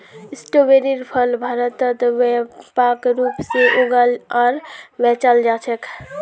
स्ट्रोबेरीर फल भारतत व्यापक रूप से उगाल आर बेचाल जा छेक